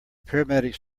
paramedics